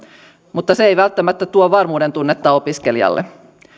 mutta se ei välttämättä tuo varmuuden tunnetta opiskelijalle